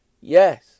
Yes